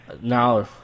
Now